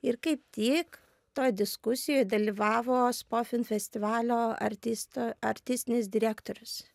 ir kaip tik toj diskusijoj dalyvavo spofin festivalio artisto artistinis direktorius